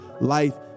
life